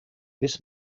this